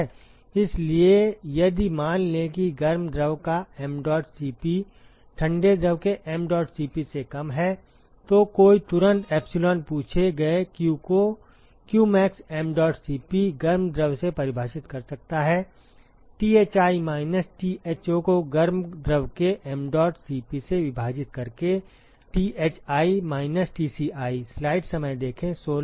इसलिए इसलिए यदि मान लें कि गर्म द्रव का mdot Cp ठंडे द्रव के mdot Cp से कम है तो कोई तुरंत epsilon पूछे गए q को qmax mdot Cp गर्म द्रव से परिभाषित कर सकता है Thi माइनस Tho को गर्म द्रव के mdot Cp से विभाजित करके Thi माइनस Tci